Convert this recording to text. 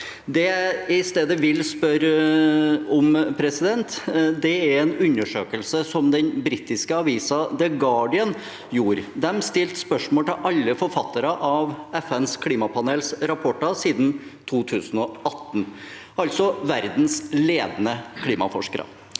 Det jeg i stedet vil spørre om, er en undersøkelse den britiske avisen The Guardian gjorde. De stilte spørsmål til alle forfattere av FNs klimapanels rapporter siden 2018, altså verdens ledende klimaforskere.